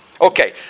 Okay